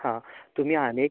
तुमी आनेक